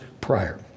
prior